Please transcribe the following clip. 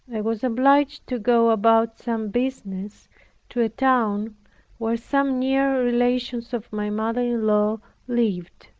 i was obliged to go about some business to a town where some near relations of my mother-in-law lived.